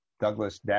douglas